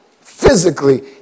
Physically